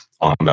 on